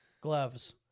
gloves